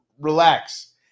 relax